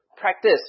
practice